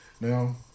now